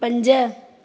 पंज